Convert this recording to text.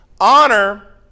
Honor